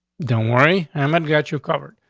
don't worry, i'm i've got you covered.